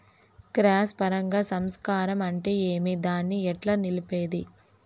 Cross పరాగ సంపర్కం అంటే ఏమి? దాన్ని ఎట్లా నిలిపేది?